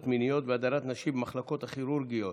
מיניות והדרת נשים במחלקות הכירורגיות